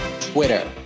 Twitter